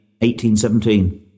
1817